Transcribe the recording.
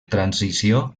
transició